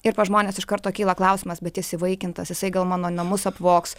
ir pas žmones iš karto kyla klausimas bet jis įvaikintas jisai gal mano namus apvogs